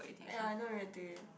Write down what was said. ya I not ready